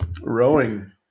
rowing